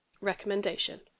Recommendation